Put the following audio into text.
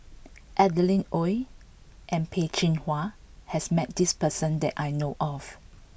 Adeline Ooi and Peh Chin Hua has met this person that I know of